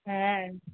হ্যাঁ